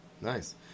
Nice